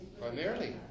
Primarily